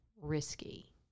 risky